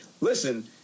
listen